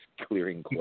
clearing